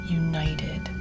united